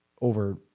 over